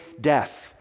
death